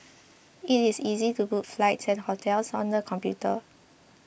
it is easy to book flights and hotels on the computer